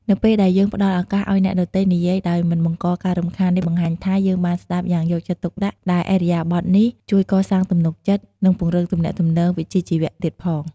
នៅពេលដែលយើងផ្តល់ឱកាសឲ្យអ្នកដទៃនិយាយដោយមិនបង្កការរំខាន នេះបង្ហាញថា យើងបានស្តាប់យ៉ាងយកចិត្តទុកដាក់ ដែលឥរិយាបថនេះជួយកសាងទំនុកចិត្ត និងពង្រឹងទំនាក់ទំនងវិជ្ជាជីវៈទៀតផង។